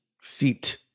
Seat